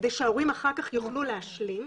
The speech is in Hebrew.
כדי שההורים אחר כך יוכלו להשלים,